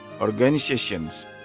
organizations